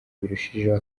birushijeho